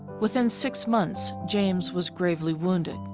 within six months, james was gravely wounded.